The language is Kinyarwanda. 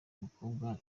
mukobwa